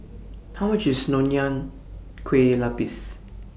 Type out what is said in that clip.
How much IS Nonya Kueh Lapis